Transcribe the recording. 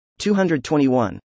221